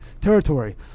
territory